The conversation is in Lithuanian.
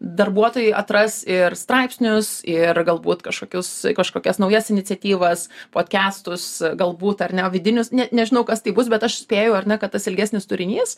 darbuotojai atras ir straipsnius ir galbūt kažkokius kažkokias naujas iniciatyvas podkestus galbūt ar ne vidinius ne nežinau kas tai bus bet aš spėju ar ne kad tas ilgesnis turinys